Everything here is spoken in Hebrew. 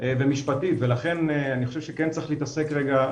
ומשפטית ולכן אני חושב שכן צריך להתעסק רגע,